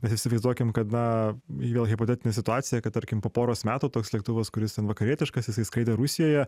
bet įsivaizduokim kad na į vėl hipotetinę situaciją kad tarkim po poros metų toks lėktuvas kuris ten vakarietiškas jisai skraidė rusijoje